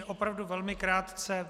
Opravdu velmi krátce.